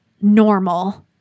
normal